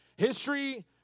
History